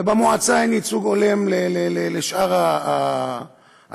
ובמועצה אין ייצוג הולם לשאר העדות,